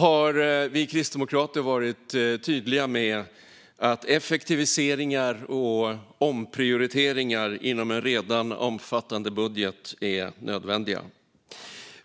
har vi kristdemokrater varit tydliga med att effektiviseringar och omprioriteringar inom en redan omfattande budget är nödvändiga.